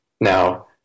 Now